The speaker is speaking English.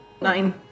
nine